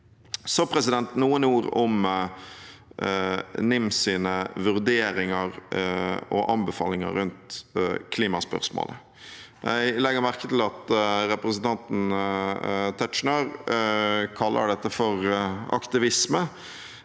lenge. Så noen ord om NIMs vurderinger og anbefalinger rundt klimaspørsmålet. Jeg legger merke til at representanten Tetzschner kaller dette for aktivisme.